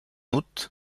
août